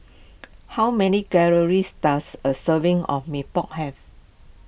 how many calories does a serving of Mee Pok have